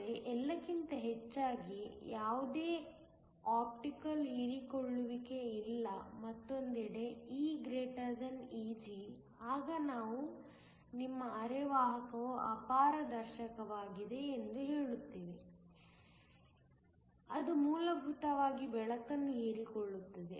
ಆದರೆ ಎಲ್ಲಕ್ಕಿಂತ ಹೆಚ್ಚಾಗಿ ಯಾವುದೇ ಆಪ್ಟಿಕಲ್ ಹೀರಿಕೊಳ್ಳುವಿಕೆ ಇಲ್ಲ ಮತ್ತೊಂದೆಡೆ E Eg ಆಗ ನಾವು ನಿಮ್ಮ ಅರೆವಾಹಕವು ಅಪಾರದರ್ಶಕವಾಗಿದೆ ಎಂದು ಹೇಳುತ್ತೇವೆ ಅದು ಮೂಲಭೂತವಾಗಿ ಬೆಳಕನ್ನು ಹೀರಿಕೊಳ್ಳುತ್ತದೆ